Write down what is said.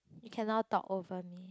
you cannot talk over me